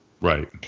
Right